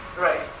Right